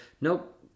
nope